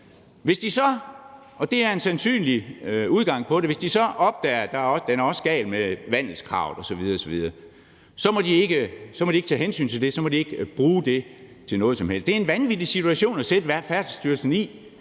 er sandsynligt – at den også er gal med vandelskravet osv., så må de ikke tage hensyn til det, så må de ikke bruge det til noget som helst. Det er en vanvittig situation at sætte Færdselsstyrelsen i